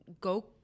go